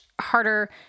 harder